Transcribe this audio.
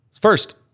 First